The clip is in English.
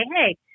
hey